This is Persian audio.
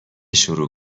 شروع